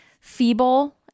feeble